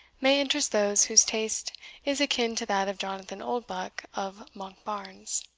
may interest those whose taste is akin to that of jonathan oldbuck of monkbarns.